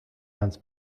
hanns